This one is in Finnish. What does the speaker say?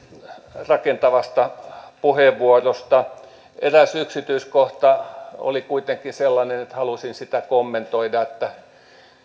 rakentavasta puheenvuorosta eräs yksityiskohta oli kuitenkin sellainen että halusin sitä kommentoida